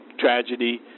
tragedy